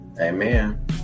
amen